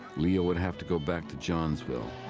leo would have to go back to johnsville.